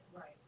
Right